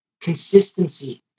consistency